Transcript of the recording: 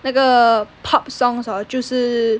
那个 pop songs hor 就是